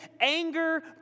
anger